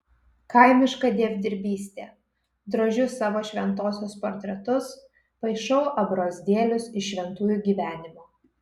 kaimiška dievdirbystė drožiu savo šventosios portretus paišau abrozdėlius iš šventųjų gyvenimo